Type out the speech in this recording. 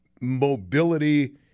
mobility